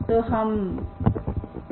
तो हम कैसे हल करें